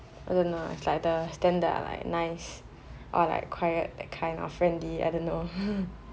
I don't know eh it's like the standard ah like nice or like quiet that kind or like friendly I don't know